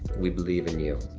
we believe in you.